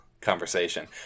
Conversation